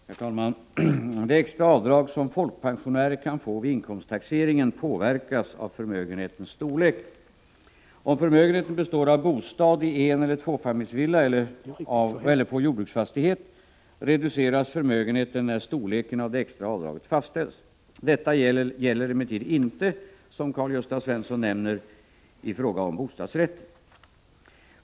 Herr talman! Det extra avdrag som folkpensionärer kan få vid inkomsttaxeringen påverkas av förmögenhetens storlek. Om förmögenheten består av bostad i eneller tvåfamiljsvilla eller på jordbruksfastighet reduceras förmögenheten när storleken av det extra avdraget fastställs. Detta gäller emellertid inte, som Karl-Gösta Svenson nämner, i fråga om bostadsrätter.